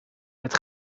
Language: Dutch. het